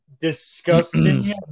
Disgusting